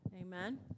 Amen